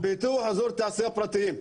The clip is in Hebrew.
פיתוח אזור תעשייה פרטיים,